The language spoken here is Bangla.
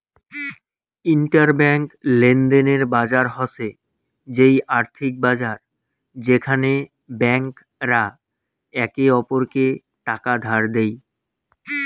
ইন্টার ব্যাঙ্ক লেনদেনের বাজার হসে সেই আর্থিক বাজার যেখানে ব্যাংক রা একে অপরকে টাকা ধার দেই